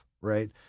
Right